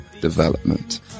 development